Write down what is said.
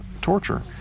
torture